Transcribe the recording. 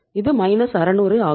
இது 600 ஆகும்